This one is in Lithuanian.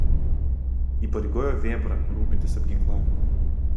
įpareigojo vėbrą rūpintis apginklavimu